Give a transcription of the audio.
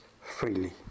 freely